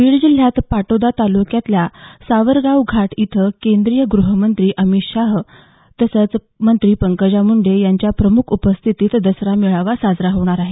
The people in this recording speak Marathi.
बीड जिल्ह्यात पाटोदा तालुक्यातल्या सावरगाव घाट इथं केंद्रीय ग्रहमंत्री अमित शाह तसंच मंत्री पंकजा मुंडे यांच्या प्रमुख उपस्थितीत दसरा मेळावा होणार आहे